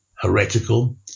heretical